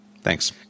Thanks